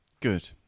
Good